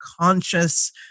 conscious